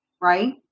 right